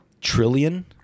Trillion